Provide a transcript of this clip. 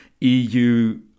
EU